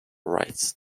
rights